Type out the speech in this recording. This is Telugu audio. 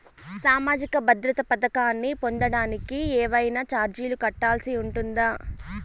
సామాజిక భద్రత పథకాన్ని పొందడానికి ఏవైనా చార్జీలు కట్టాల్సి ఉంటుందా?